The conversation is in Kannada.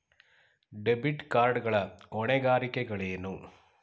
ಡೆಬಿಟ್ ಕಾರ್ಡ್ ಗಳ ಹೊಣೆಗಾರಿಕೆಗಳೇನು?